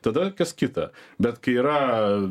tada kas kita bet kai yra